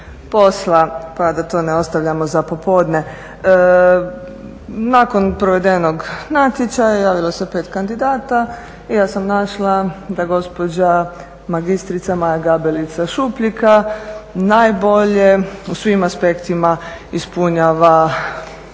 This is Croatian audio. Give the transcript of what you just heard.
posla pa da to ne ostavljamo za popodne. Nakon provedenog natječaja javilo se 5 kandidata i ja sam našla da gospođa magistrica Maja Gabelica Šupljika najbolje u svim aspektima ispunjava